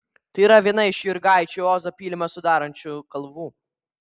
tai yra viena iš jurgaičių ozo pylimą sudarančių kalvų